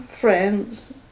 friends